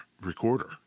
recorder